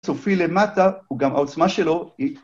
צופי למטה, הוא גם העוצמה שלו היא...